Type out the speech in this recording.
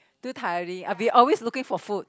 too tiring I'll be always looking for food